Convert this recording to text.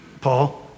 Paul